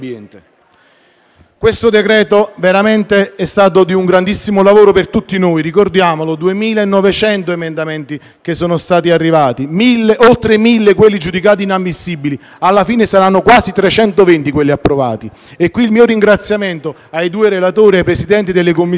Questo decreto è stato davvero un grandissimo lavoro per tutti noi. Ricordiamolo: 2.900 gli emendamenti arrivati; oltre 1.000 quelli giudicati inammissibili; alla fine, saranno quasi 320 quelli approvati. Qui, il mio ringraziamento va ai due relatori, ai Presidenti delle Commissioni